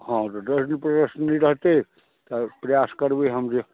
हॅं तऽ दस दिन प्रदर्शनी रहतै तऽ प्रयास करबै हम जे